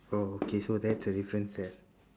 oh okay so that's a difference there